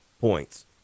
points